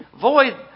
void